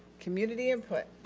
community input.